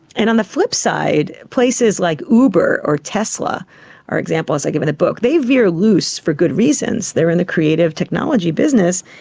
and on the flipside, places like uber or tesla are examples i give in the book, they veer loose for good reasons, they are in the creative technology business.